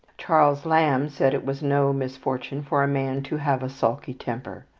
charles lamb said it was no misfortune for a man to have a sulky temper.